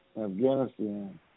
Afghanistan